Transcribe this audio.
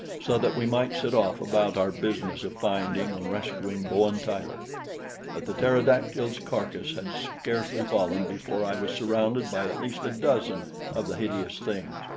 so that we might set off about our business of finding and rescuing bowen tyler but the pterodactyl's carcass had scarcely fallen before i was surrounded by at least a dozen of the hideous things,